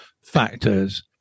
factors